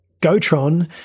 Gotron